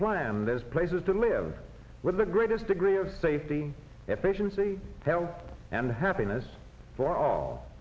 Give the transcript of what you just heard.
planned as places to live with the greatest degree of safety efficiency health and happiness for all